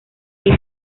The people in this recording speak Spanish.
hijo